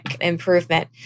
improvement